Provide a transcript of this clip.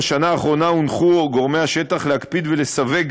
בשנה האחרונה הונחו גורמי השטח להקפיד ולסווג